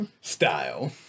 Style